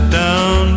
down